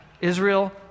Israel